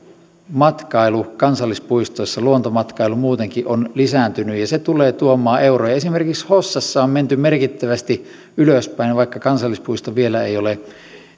matkailu kansallispuistoissa luontomatkailu muutenkin on lisääntynyt ja se tulee tuomaan euroja esimerkiksi hossassa on menty merkittävästi ylöspäin vaikka kansallispuisto vielä ei ole